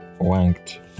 wanked